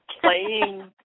playing